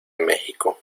méxico